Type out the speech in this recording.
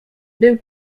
był